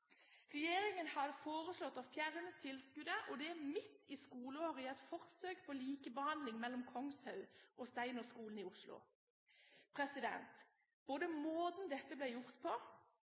Regjeringen har foreslått å fjerne tilskuddet, og det midt i skoleåret, i et forsøk på likebehandling mellom Kongshaug og Steinerskolen i Oslo. Både måten dette ble gjort på,